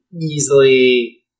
easily